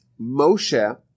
Moshe